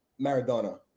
Maradona